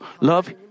love